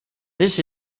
this